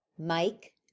Mike